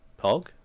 Pog